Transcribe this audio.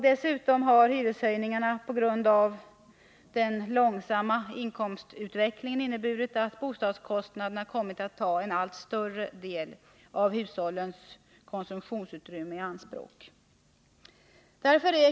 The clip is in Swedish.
Dessutom har hyreshöjningarna på grund av den långsamma inkomstutvecklingen inneburit att bostadskostnaden kommit att ta en allt större del av hushållens konsumtionsutrymme i anspråk.